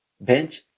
bench